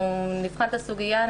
אנחנו נבחן את הסוגיה,